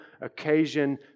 occasion